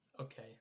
Okay